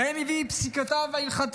ובהם הביא את פסיקתו ההלכתיות,